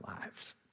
lives